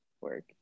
work